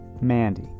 Mandy